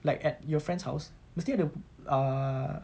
like at your friend's house mesti ada err